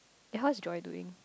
eh how's Joy doing